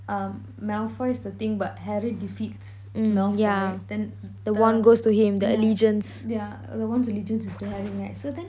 uh malfoy's the thing but harry defeats malfoy then the yeah yeah the wand's allegiance is still harry's right so then